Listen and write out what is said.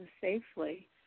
safely